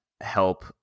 help